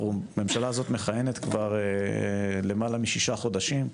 הממשלה הזאת מכהנת כבר למעלה משישה חודשים,